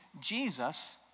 Jesus